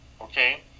okay